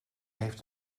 heeft